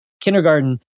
kindergarten